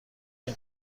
این